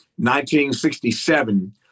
1967